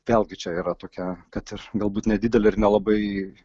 vėlgi čia yra tokia kad galbūt nedidelė ir nelabai